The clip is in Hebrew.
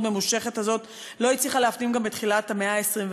ממושכת הזאת לא הצליחה להפנים גם בתחילת המאה ה-21.